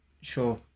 sure